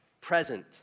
Present